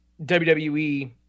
WWE